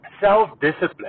self-discipline